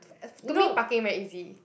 to me parking very easy